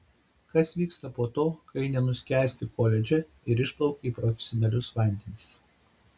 kas vyksta po to kai nenuskęsti koledže ir išplauki į profesionalius vandenis